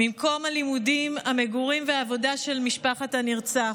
ממקום הלימודים, המגורים והעבודה של משפחת הנרצח.